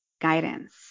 guidance